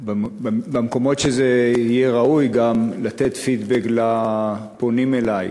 ובמקומות שזה יהיה ראוי גם לתת פידבק לפונים אלי.